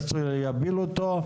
חברי כנסת שלא ירצו יפילו אותו.